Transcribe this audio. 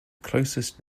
closest